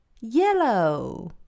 yellow